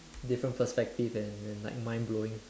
different perspective and and like mind blowing